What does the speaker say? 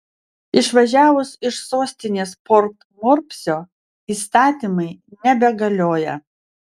išvažiavus iš sostinės port morsbio įstatymai nebegalioja